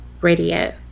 Radio